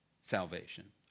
salvation